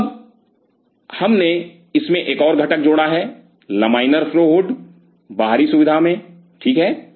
तो अब हमने इसमें एक और घटक जोड़ा है लमाइनर फ्लो हुड बाहरी सुविधा में ठीक है